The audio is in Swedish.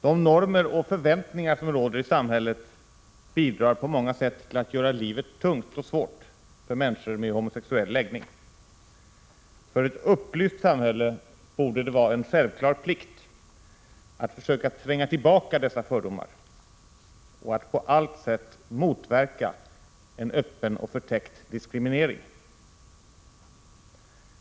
De normer och förväntningar som råder i samhället bidrar på många sätt till att göra livet tungt och svårt för människor med homosexuell läggning. För ett upplyst samhälle borde det vara en självklar plikt att försöka tränga tillbaka dessa fördomar och på allt sätt motverka öppen och förtäckt diskriminering.